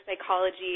psychology